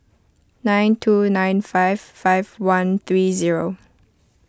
nine two nine five five one three zero